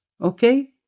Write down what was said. okay